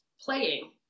playing